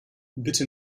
bitte